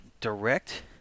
direct